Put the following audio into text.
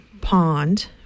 Pond